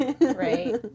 Right